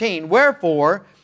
Wherefore